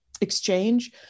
exchange